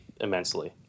immensely